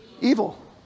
evil